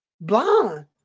blonde